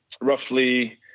roughly